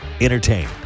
Entertain